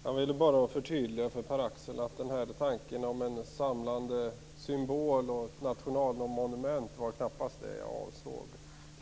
Herr talman! Jag vill bara förtydliga för Pär-Axel Sahlberg att det knappast var tanken om en samlande symbol och ett nationalmonument jag avsåg